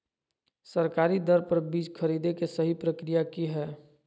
सरकारी दर पर बीज खरीदें के सही प्रक्रिया की हय?